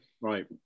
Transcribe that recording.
right